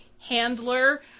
handler